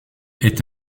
est